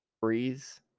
Breeze